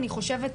אני חושבת,